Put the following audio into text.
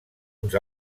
uns